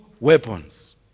weapons